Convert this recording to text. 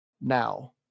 now